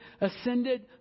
ascended